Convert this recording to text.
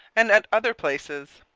and at other places.